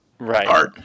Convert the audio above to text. right